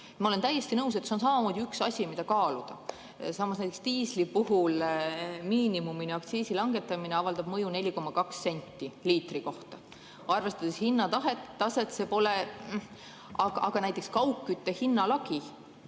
ma olen täiesti nõus, et see on samamoodi üks asi, mida kaaluda. Samas näiteks diisli puhul avaldab aktsiisi langetamine miinimumini mõju 4,2 senti liitri kohta. Arvestades hinnataset see pole [suurt midagi]. Aga näiteks kaugkütte hinnalagi?